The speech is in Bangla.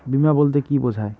বিমা বলতে কি বোঝায়?